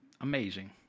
amazing